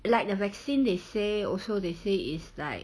like the vaccine they say also they say is like